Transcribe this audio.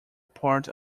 part